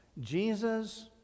Jesus